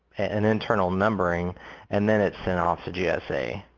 and internal numbering and then it's sent off to gsa.